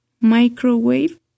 microwave